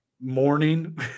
morning